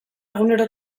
egunero